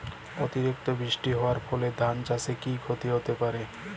অতিরিক্ত বৃষ্টি হওয়ার ফলে ধান চাষে কি ক্ষতি হতে পারে?